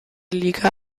liga